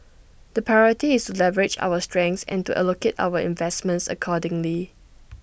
the priority is to leverage our strengths and to allocate our investments accordingly